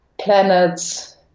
planets